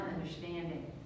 understanding